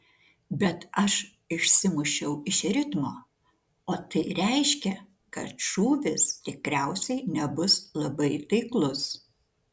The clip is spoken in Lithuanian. bet aš išsimušiau iš ritmo o tai reiškia kad šūvis tikriausiai nebus labai taiklus